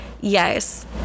yes